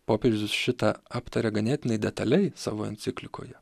popiežius šitą aptaria ganėtinai detaliai savo enciklikoje